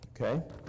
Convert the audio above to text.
okay